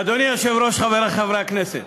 אדוני היושב-ראש, חברי חברי הכנסת,